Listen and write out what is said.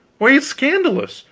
why, it's scandalous.